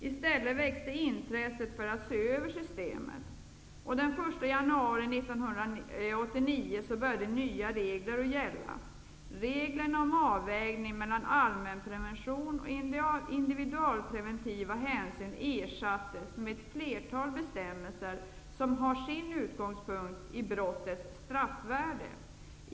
I stället växte intresset för att se över systemet, och den 1 januari 1989 började nya regler gälla. Reglerna om avvägning mellan allmänprevention och individualpreventiva hänsynstaganden ersattes med ett flertal bestämmelser som har sin utgångspunkt i brottets straffvärde.